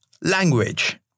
language